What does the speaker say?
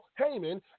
Heyman